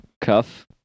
Cuff